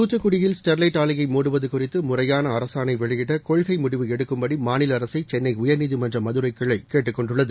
தூத்துக்குடியில் ஸ்டெர்லைட் ஆலையை மூடுவது குறித்து முறையான அரசாணை வெளியிட கொள்கை முடிவு எடுக்கும்படி மாநில அரசை சென்னை உயர்நீதிமன்ற மதுரை கிளை கேட்டுக் கொண்டுள்ளது